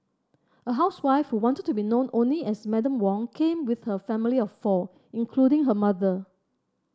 a housewife who wanted to be known only as Madam Wong came with her family of four including her mother